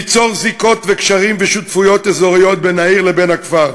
ליצור זיקות וקשרים ושותפויות אזוריות בין העיר לבין הכפר,